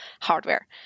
hardware